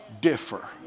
differ